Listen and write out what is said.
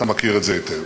אתה מכיר את זה היטב,